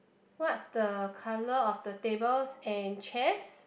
what's the colour of the tables and chairs